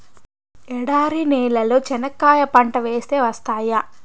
ఎడారి నేలలో చెనక్కాయ పంట వేస్తే వస్తాయా?